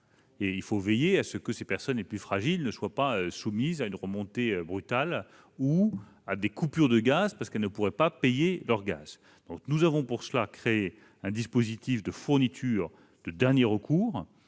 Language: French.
; il faut veiller à ce qu'elles ne soient pas soumises à une remontée brutale des tarifs ou à des coupures de gaz parce qu'elles ne pourraient pas payer leurs factures. Nous avons pour cela créé un dispositif de fourniture de dernier recours